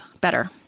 better